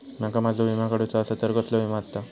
माका माझो विमा काडुचो असा तर कसलो विमा आस्ता?